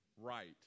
right